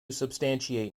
substantiate